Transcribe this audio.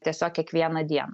tiesiog kiekvieną dieną